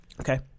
okay